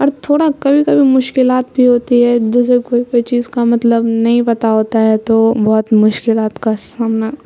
اور تھوڑا کبھی کبھی مشکلات بھی ہوتی ہے جسے کوئی کوئی چیز کا مطلب نہیں پتہ ہوتا ہے تو بہت مشکلات کا سامنا